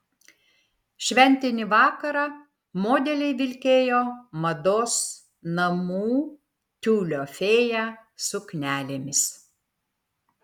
šventinį vakarą modeliai vilkėjo mados namų tiulio fėja suknelėmis